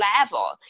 level